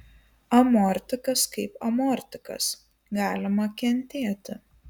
amortikas kaip amortikas galima kentėti